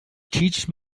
teach